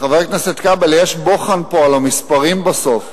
חבר הכנסת כבל, יש בוחן פה על המספרים בסוף.